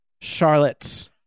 Charlotte